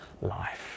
life